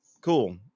cool